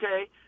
okay